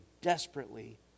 desperately